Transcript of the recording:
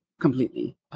completely